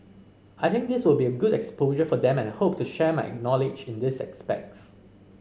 I think this will be good exposure for them and I hope to share my knowledge in these aspects